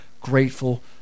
grateful